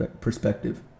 perspective